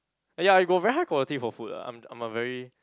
ya I got very high quality for food lah I'm I'm a very